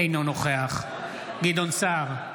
אינו נוכח גדעון סער,